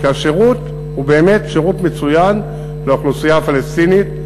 כי השירות הוא באמת שירות מצוין לאוכלוסייה הפלסטינית,